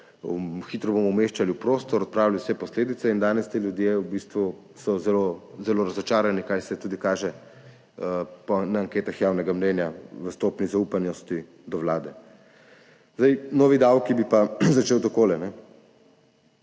hitro bomo umeščali v prostor, odpravili vse posledice, in danes so ti ljudje v bistvu zelo, zelo razočarani, kar se tudi kaže v anketah javnega mnenja o stopnji zaupanja do vlade. O novih davkih bi pa začel takole,